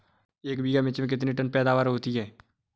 एक बीघा मिर्च में कितने टन पैदावार होती है?